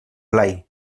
blai